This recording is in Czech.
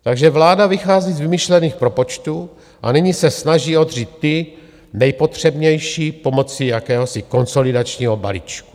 Takže vláda vychází z vymyšlených propočtů a nyní se snaží odřít ty nejpotřebnější pomocí jakéhosi konsolidačního balíčku.